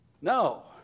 No